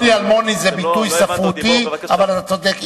פלוני אלמוני זה ביטוי ספרותי, אבל אתה צודק.